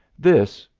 this,